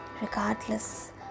regardless